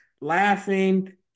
laughing